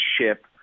ship